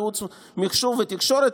יועץ מחשוב ותקשורת,